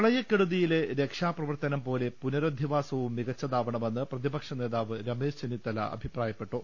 പ്രളയക്കെടുതിയിലെ രക്ഷാപ്രവർത്തനം പോലെ പുനരധിവാ സവും മികച്ചതാവണമെന്ന് പ്രതിപക്ഷനേതാവ് രമേശ് ചെന്നിത്തല അഭിപ്രായപ്പെട്ടു